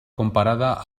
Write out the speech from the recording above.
comparada